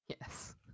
Yes